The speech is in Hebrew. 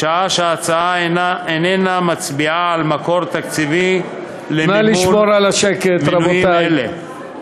בשעה שההצעה איננה מצביעה על מקור תקציבי למימון מינויים אלה.